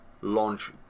launch